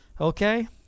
Okay